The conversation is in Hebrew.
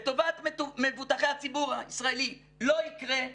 לטובת מבוטחי הציבור הישראלי לא יקרה,